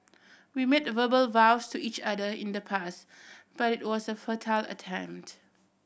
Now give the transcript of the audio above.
we made verbal vows to each other in the past but it was a futile attempt